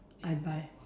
I buy